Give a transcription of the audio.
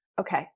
Okay